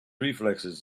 reflexes